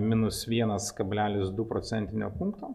minus vienas kablelis du procentinio punkto